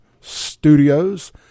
Studios